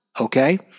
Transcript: Okay